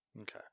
Okay